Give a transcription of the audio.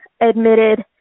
admitted